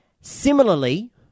Similarly